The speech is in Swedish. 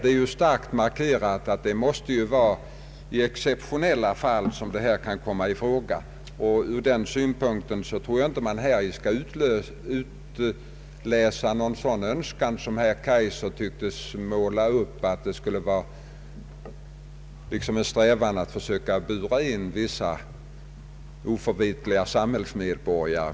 Det har ju starkt markerats att straffet kan komma i fråga endast i exceptionella fall. Från den synpunkten tror jag inte att man skall söka i propositionen utläsa någon sådan strävan som herr Kaijser målade upp, nämligen att försöka bura in vissa oförvitliga samhällsmedborgare.